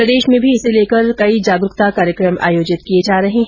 प्रदेश में भी इसे लेकर अनेक जागरूकता कार्यक्रम आयोजित किए जा रहे है